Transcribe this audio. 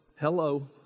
Hello